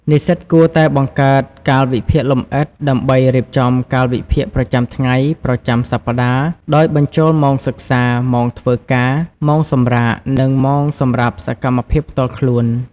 និស្សិតគួរតែបង្កើតកាលវិភាគលម្អិត ដើម្បីរៀបចំកាលវិភាគប្រចាំថ្ងៃ ប្រចាំសប្ដាហ៍ ដោយបញ្ចូលម៉ោងសិក្សា ម៉ោងធ្វើការ ម៉ោងសម្រាក និងម៉ោងសម្រាប់សកម្មភាពផ្ទាល់ខ្លួន។